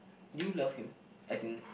do you love him as in